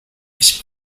ich